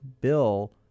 bill